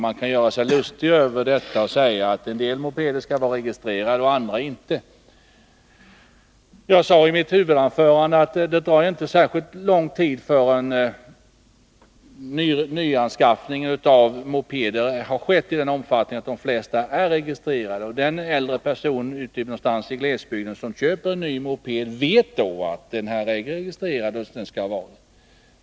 Man kan göra sig lustig över att en del mopeder skall vara registrerade och andra inte. Men som jag sade i mitt huvudanförande tar det inte särskilt lång tid förrän nyanskaffningen av mopeder har skett i sådan omfattning att de flesta är registrerade. En äldre person någonstans i glesbygden som köper en ny moped vet då att den är registrerad och att den skall vara det.